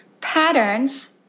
patterns